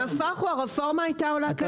נהפוך הוא הרפורמה הייתה עולה כסף.